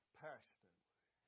passionately